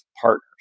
partners